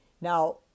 Now